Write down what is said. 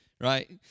Right